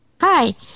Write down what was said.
Hi